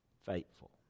Faithful